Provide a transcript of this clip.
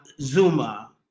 Zuma